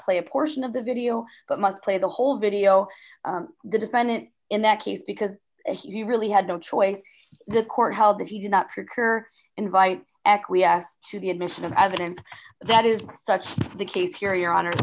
play a portion of the video but must play the whole video the defendant in that case because he really had no choice the court held that he did not recur invite acquiesce to the admission of evidence that is such the case here your honor